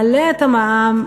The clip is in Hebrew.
מעלה את המע"מ,